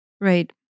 Right